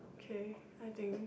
K I think